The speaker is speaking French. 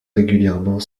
régulièrement